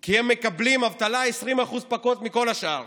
כי הם מקבלים אבטלה 20% פחות מכל השאר.